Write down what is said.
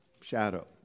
shadow